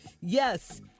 Yes